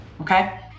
okay